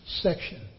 section